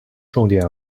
重点